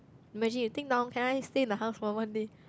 imagine you thing long can I stay in the house for one day